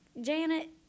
Janet